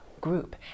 group